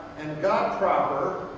and god proper.